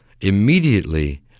immediately